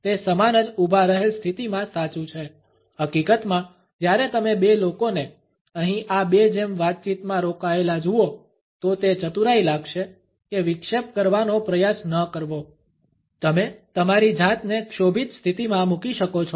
તે સમાન જ ઉભા રહેલ સ્થિતિમાં સાચું છે હકીકતમાં જ્યારે તમે બે લોકોને અહીં આ બે જેમ વાતચીતમાં રોકાયેલા જોવો તો તે ચતુરાઈ લાગશે કે વિક્ષેપ કરવાનો પ્રયાસ ન કરવો તમે તમારી જાતને ક્ષોભિત સ્થિતિમાં મૂકી શકો છો